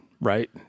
right